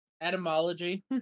Etymology